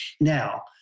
Now